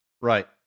Right